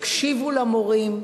הקשיבו למורים.